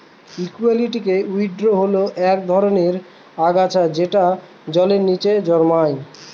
একুয়াটিকে উইড হল এক ধরনের আগাছা যেটা জলের নীচে জন্মায়